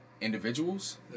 individuals